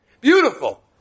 Beautiful